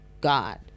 God